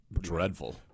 dreadful